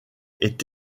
est